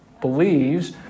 believes